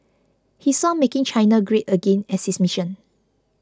he saw making China great again as his mission